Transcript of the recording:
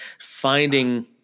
finding